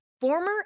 former